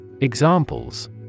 Examples